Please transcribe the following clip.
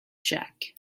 jack